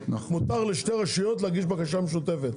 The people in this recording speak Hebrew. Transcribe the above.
מותר לשתי רשויות להגיש בקשה משותפת,